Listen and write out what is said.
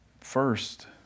First